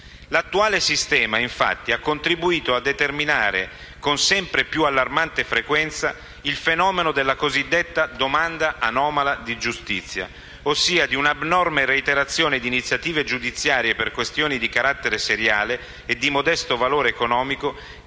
L'attuale sistema, infatti, ha contribuito a determinare, con sempre più allarmante frequenza, il fenomeno della cosiddetta domanda anomala di giustizia, ossia di un'abnorme reiterazione di iniziative giudiziarie per questioni di carattere seriale e di modesto valore economico